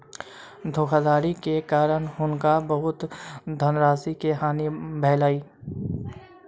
धोखाधड़ी के कारण हुनका बहुत धनराशि के हानि भेलैन